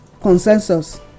consensus